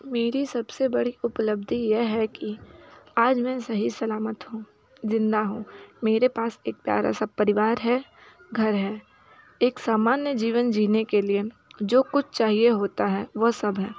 मेरी सबसे बड़ी उपलब्धि यह है कि आज मैं सही सलामत हूँ जिंदा हूँ मेरे पास एक प्यारा सा परिवार है घर है एक सामान्य जीवन जीने के लिए जो कुछ चाहिए होता है वह सब है